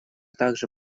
также